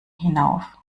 hinauf